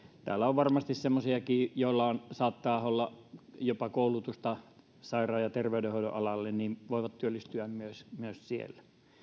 täällä on varmasti semmoisiakin joilla saattaa olla jopa koulutusta sairaan ja terveydenhoidon alalle ja he voivat työllistyä myös myös siellä